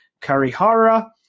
Karihara